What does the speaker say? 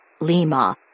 Lima